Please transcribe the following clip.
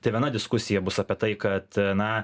tai viena diskusija bus apie tai kad na